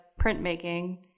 printmaking